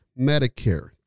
Medicare